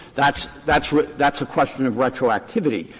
that's that's that's a question of retroactivity,